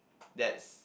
that's